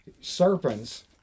serpents